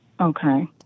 Okay